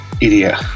idiot